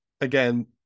again